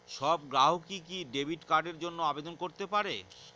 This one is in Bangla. সব গ্রাহকই কি ডেবিট কার্ডের জন্য আবেদন করতে পারে?